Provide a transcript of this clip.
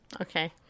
Okay